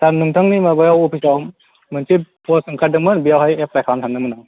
सार नोंथांनि माबायाव अफिसआव मोनसे पस्ट ओंखारदोंमोन बेयावहाय एप्लाइ खालामनो सानदोंमोन आं